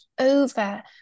over